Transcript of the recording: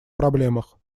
проблемах